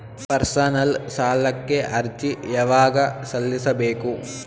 Personal ಸಾಲಕ್ಕೆ ಅರ್ಜಿ ಯವಾಗ ಸಲ್ಲಿಸಬೇಕು?